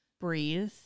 breathe